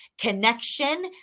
Connection